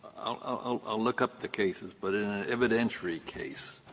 i'll i'll look up the cases, but in an evidentiary case,